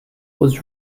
was